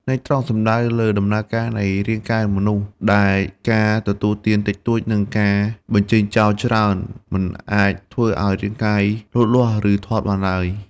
ន័យត្រង់សំដៅលើដំណើរការនៃរាងកាយមនុស្ស ដែលការទទួលទានតិចតួច និងការបញ្ចេញចោលច្រើន មិនអាចធ្វើឱ្យរាងកាយលូតលាស់ ឬធាត់បានឡើយ។